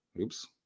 Oops